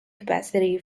capacity